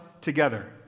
together